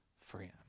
friend